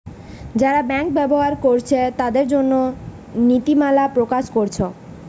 যারা ব্যাংক ব্যবহার কোরছে তাদের জন্যে নীতিমালা প্রকাশ কোরছে